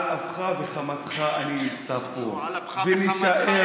על אפך וחמתך אני נמצא פה, לא.